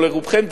או לרובכם,